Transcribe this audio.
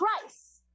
price